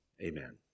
Amen